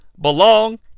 belong